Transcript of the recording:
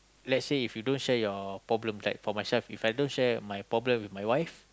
let's say if don't share your problem right for myself If I don't share my problem with my wife